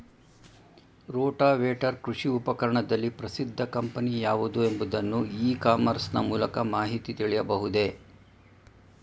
Rotavator ಕೃಷಿ ಉಪಕರಣದಲ್ಲಿ ಪ್ರಸಿದ್ದ ಕಂಪನಿ ಯಾವುದು ಎಂಬುದನ್ನು ಇ ಕಾಮರ್ಸ್ ನ ಮೂಲಕ ಮಾಹಿತಿ ತಿಳಿಯಬಹುದೇ?